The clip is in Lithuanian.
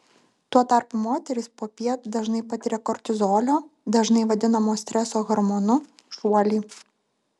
tuo tarpu moterys popiet dažnai patiria kortizolio dažnai vadinamo streso hormonu šuolį